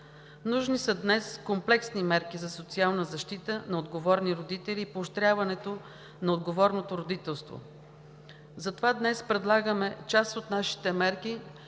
Нужни са днес комплексни мерки за социална защита на отговорни родители и поощряването на отговорното родителство. Затова днес предлагаме част от нашите мерки,